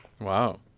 Wow